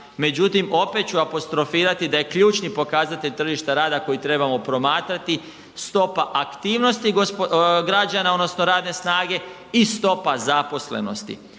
međutim opet ću apostrofirati da je ključni pokazatelj tržišta rada koji trebamo promatrati stopa aktivnosti građana odnosno radne snage i stopa zaposlenosti.